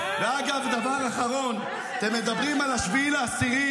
ואגב, דבר אחרון, אתם מדברים על 8 באוקטובר.